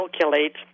calculate